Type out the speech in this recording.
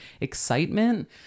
excitement